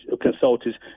consultants